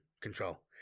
Control